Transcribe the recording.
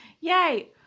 Yay